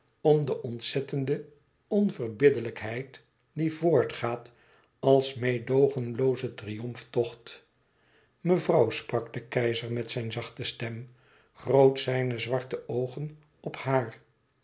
om de ontzettende onverbiddelijkheid die voortgaat als meêdoogenlooze triomftocht mevrouw sprak de keizer met zijn zachte stem groot zijne zwarte oogen op haar